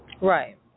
Right